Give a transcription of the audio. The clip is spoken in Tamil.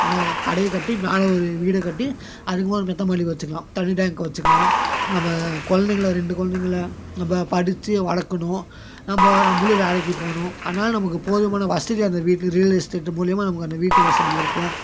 அந்த கடையை கட்டி மேலே ஒரு வீட்ட கட்டி அதுக்கு மேலே மெத்தை மாடி வச்சுக்கலாம் தண்ணி டேங்க் வச்சுக்கலாம் நம்ம குழந்தைங்கள ரெண்டு குழந்தைங்கள நம்ம படித்து வளர்க்கணும் நம்ம நம்மளும் வேலைக்கு போகணும் அதனால நமக்கு போதுமான வசதி அந்த வீட்டு ரியல் எஸ்டேட் மூலியமாக நமக்கு அந்த வீட்டு வசதி இருக்கும்